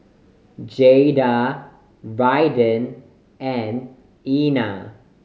Jaeda Raiden and Ena